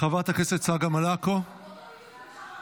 חברת הכנסת צגה מלקו, מוותרת.